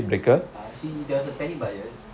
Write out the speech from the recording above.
(uh huh) she does a panic buyer